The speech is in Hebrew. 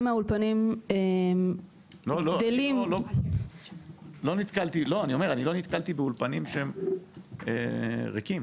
אני לא נתקלתי באולפנים ריקים.